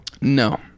No